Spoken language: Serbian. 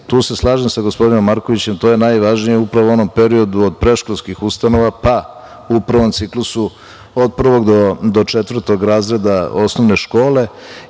tu se slažem sa gospodinom Markovićem, to je najvažnije upravo u onom periodu od predškolskih ustanova pa u prvom ciklusu od prvog do četvrtog razreda osnovne škole.